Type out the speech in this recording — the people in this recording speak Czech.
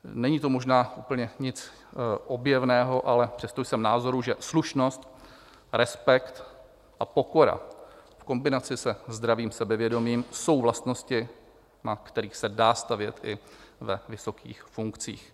Není to možná úplně nic objevného, ale přesto jsem názoru, že slušnost, respekt a pokora v kombinaci se zdravým sebevědomím jsou vlastnosti, na kterých se dá stavět i ve vysokých funkcích.